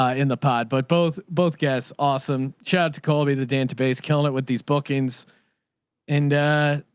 ah in the pod, but both, both guests. awesome. chad, to call me the database, killing it with these bookings and ah,